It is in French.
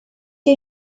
les